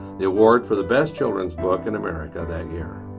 the award for the best children's book in america that year.